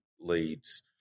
leads